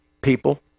people